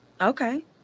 Okay